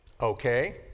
Okay